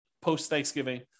post-Thanksgiving